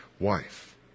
wife